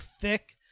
thick